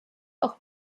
auch